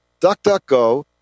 DuckDuckGo